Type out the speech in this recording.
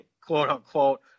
quote-unquote